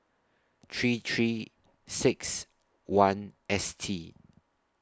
three three six one S T